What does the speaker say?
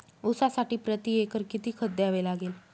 ऊसासाठी प्रतिएकर किती खत द्यावे लागेल?